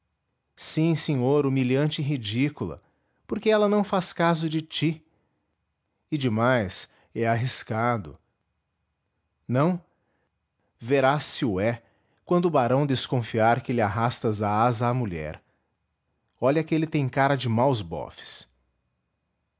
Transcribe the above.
sim senhor humilhante e ridícula porque ela não faz caso de ti e demais é arriscado não verás se o é quando o barão desconfiar que lhe arrastas a asa à mulher olha que ele tem cara de maus bofes